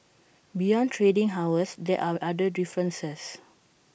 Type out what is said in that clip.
beyond trading hours there are other differences